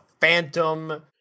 phantom